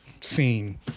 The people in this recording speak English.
scene